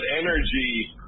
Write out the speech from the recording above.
energy